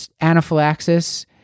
Anaphylaxis